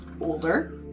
older